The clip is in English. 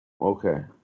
okay